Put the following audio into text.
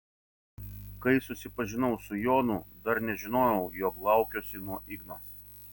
kai susipažinau su jonu dar nežinojau jog laukiuosi nuo igno